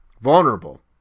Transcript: vulnerable